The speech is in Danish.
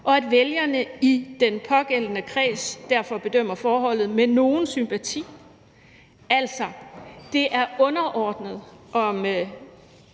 og at vælgerne i den pågældende kreds derfor bedømmer forholdet med nogen sympati.« Altså, det er underordnet,